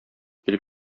килеп